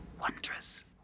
wondrous